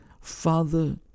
Father